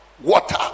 water